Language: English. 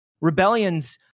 Rebellions